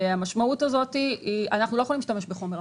אנחנו לא יכולים להשתמש בחומר אחר.